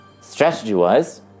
strategy-wise